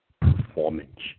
performance